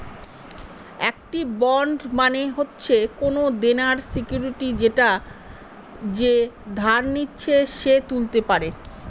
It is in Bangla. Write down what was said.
একটি বন্ড মানে হচ্ছে কোনো দেনার সিকুইরিটি যেটা যে ধার নিচ্ছে সে তুলতে পারে